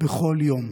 בכל יום.